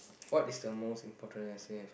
what is the most important lesson you have